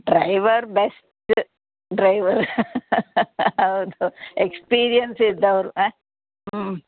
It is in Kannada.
ಡ್ರೈವರ್ ಬೆಸ್ಟ್ ಡ್ರೈವರ್ ಹೌದು ಎಕ್ಸ್ಪೀರಿಯೆನ್ಸ್ ಇದ್ದವರು ಹಾಂ ಹ್ಞೂ